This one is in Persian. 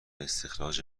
استخراج